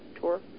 tour